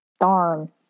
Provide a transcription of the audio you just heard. Darn